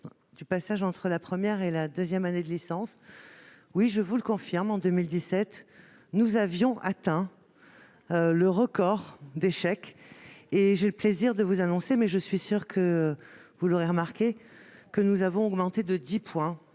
de passage de la première à la deuxième année de licence. Je vous le confirme, en 2017, nous avions atteint le record d'échecs. Mais j'ai le plaisir de vous annoncer- je suis sûre que vous l'aviez remarqué -que nous avons augmenté de dix points